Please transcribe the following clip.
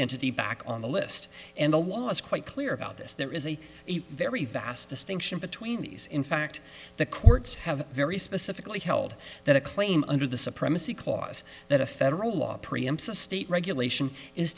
entity back on the list and it was quite clear about this there is a very vast distinction between these in fact the courts have very specifically held that a claim under the supremacy clause that a federal law pre